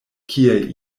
kie